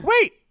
Wait